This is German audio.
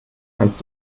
kannst